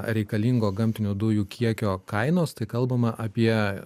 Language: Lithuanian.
reikalingo gamtinių dujų kiekio kainos tai kalbama apie